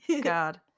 God